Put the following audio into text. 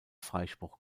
freispruch